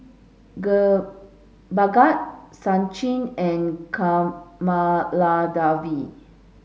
Bhagat Sachin and Kamaladevi